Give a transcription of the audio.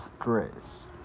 Stress